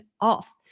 off